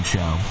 Show